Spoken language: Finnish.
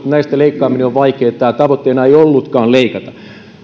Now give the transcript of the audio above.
näistä leikkaaminen on vaikeaa että tavoitteena ei ollutkaan leikata